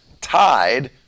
tied